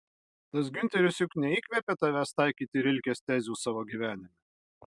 tas giunteris juk neįkvėpė tavęs taikyti rilkės tezių savo gyvenime